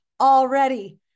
already